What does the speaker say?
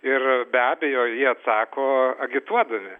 ir be abejo jie atsako agituodami